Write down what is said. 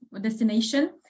destination